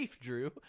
Drew